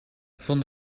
van